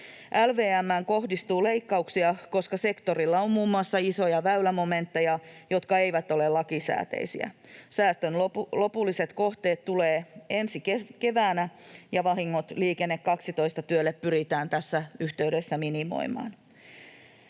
LVM:ään kohdistuu leikkauksia, koska sektorilla on muun muassa isoja väylämomentteja, jotka eivät ole lakisääteisiä. Säästöjen lopulliset kohteet tulevat ensi keväänä, ja vahingot Liikenne 12 ‑työlle pyritään tässä yhteydessä minimoimaan.